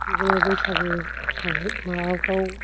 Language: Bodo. बिदिनो बैसागु माबाफ्राव